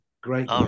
great